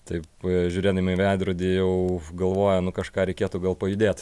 taip žiūrėdami į veidrodį jau galvoja nu kažką reikėtų gal pajudėt